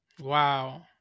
wow